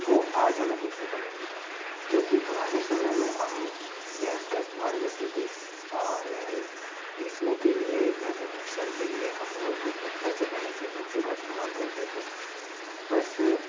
वो आज हमें देखने को नहीं मिलता क्योंकि पुराने समय में हम गैस का इस्तेमाल करते थे और पीसने के लिए या फिर मिक्सर के लिए हम लोग पत्थर से बने सिलबट्टे का इस्तेमाल करते थे बस